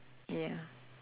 ya